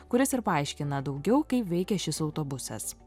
kuris ir paaiškina daugiau kaip veikia šis autobusas